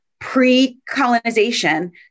pre-colonization